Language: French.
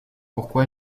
pourquoi